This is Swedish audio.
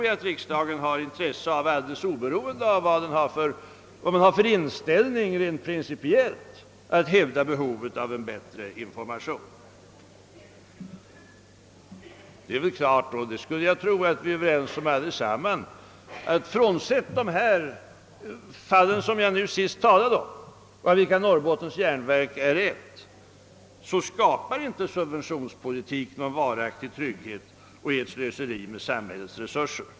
Alldeles oberoende av vad man har för inställning rent pricipiellt tror jag att vi har intresse av att hävda behovet av en bättre information. Bortsett från de fall jag nyss talat om, av vilka Norrbottens järnverk är ett, så skapar inte subventionspolitik — det skulle jag tro att vi alla är överens om — någon varaktig trygghet; den är ett slöseri med samhällets resurser.